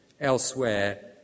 elsewhere